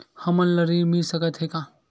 हमन ला ऋण मिल सकत हे का?